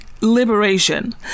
liberation